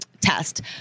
test